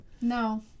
no